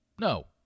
No